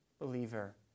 believer